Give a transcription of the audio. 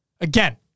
Again